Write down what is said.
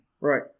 Right